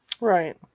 Right